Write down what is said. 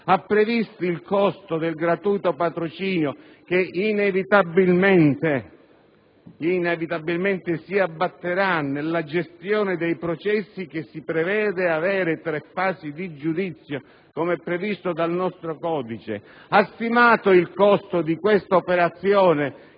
Ha previsto il costo del gratuito patrocinio che inevitabilmente si abbatterà nella gestione dei processi che si prevede abbiano tre fasi di giudizio, come stabilito dal nostro codice? Ha stimato il costo di questa operazione,